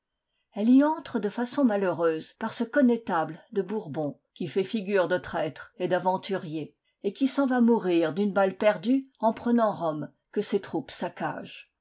elle y entre de façon malheureuse par ce connétable de bourbon qui fait figure de traître et d'aventurier et qui s'en va mourir d'une balle perdue en prenant rome que ses troupes saccagent